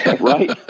Right